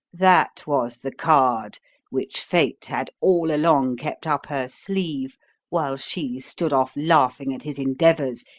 that was the card which fate had all along kept up her sleeve while she stood off laughing at his endeavours,